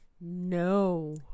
No